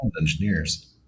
engineers